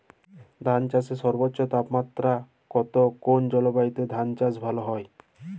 ধান চাষে সর্বোচ্চ তাপমাত্রা কত কোন জলবায়ুতে ধান চাষ ভালো হয়?